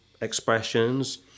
expressions